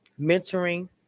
mentoring